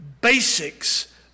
basics